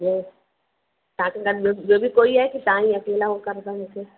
ॿियो तव्हां सां गॾु ॿियो ॿियो बि कोई आहे की तव्हां ई अकेला कमु करे वठो